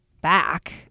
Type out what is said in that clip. back